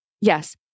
Yes